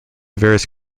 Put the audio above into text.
various